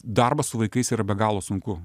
darbas su vaikais yra be galo sunku